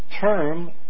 term